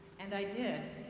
and i did,